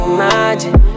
Imagine